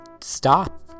stop